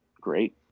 great